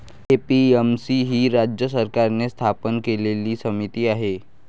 APMC ही राज्य सरकारने स्थापन केलेली समिती आहे